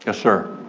ah sir.